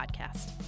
podcast